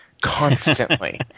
constantly